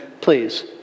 please